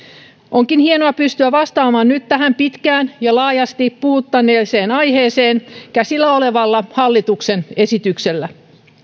onkin hienoa pystyä vastaamaan nyt tähän pitkään ja laajasti puhuttaneeseen aiheeseen käsillä olevalla hallituksen esityksellä